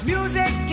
Music